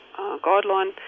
guideline